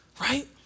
right